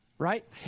Right